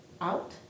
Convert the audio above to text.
out